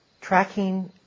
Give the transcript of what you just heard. Tracking